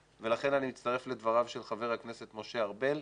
ולכן אני מצטרף לדבריו של חבר הכנסת משה ארבל.